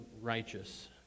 righteous